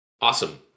awesome